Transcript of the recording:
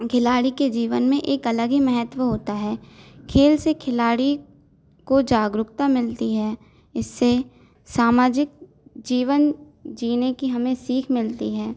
खिलाड़ी के जीवन में एक अलग ही महत्व होता है खेल से खिलाड़ी को जागरूकता मिलती है इससे सामाजिक जीवन जीने की हमें सीख मिलती है